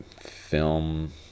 film